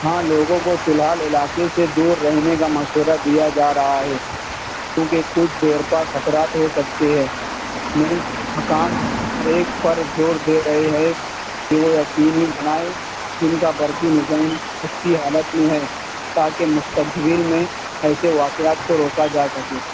ہاں لوگوں کو فی الحال علاقہ سے دور رہنے کا مشورہ دیا جا رہا ہے کیونکہ کچھ دیر کا خطرات ہو سکتے ہیں نیز حکام ہر ایک پر زور دے رہے ہیں کہ وہ یقینی بنائے کہ اِن کا برقی نِظام اچھی حالت میں ہے تا کہ مستقبل میں ایسے واقعات کو روکا جا سکے